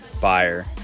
buyer